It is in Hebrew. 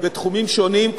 בתחומים שונים,